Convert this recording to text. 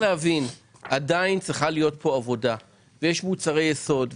עדיין צריך לעשות עבודה כי יש מוצרי יסוד,